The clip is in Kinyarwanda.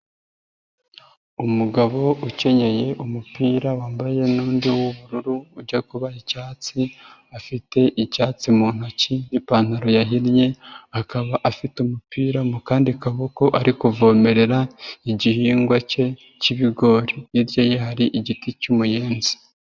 Umugabo ukenyeye umupira wambaye n'undi w'ubururu, ujya kuba icyatsi afite icyatsi mu ntoki n'ipantaro yahinnye, akaba afite umupira mu kandi kaboko ari kuvomerera igihingwa ke k'ibigori, hirya ye hari igiti cy'umuyenzi.